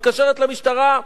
מתקשרת למשטרה,